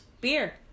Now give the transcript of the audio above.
beer